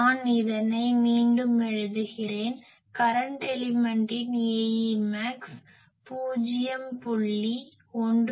நான் இதனை மீண்டும் எழுதுகிறேன் கரன்ட் எலிமென்ட்டின் Aemax 0